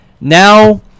now